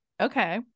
Okay